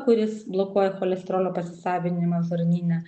kuris blokuoja cholesterolio pasisavinimą žarnyne